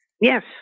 Yes